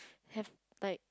have like